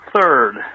Third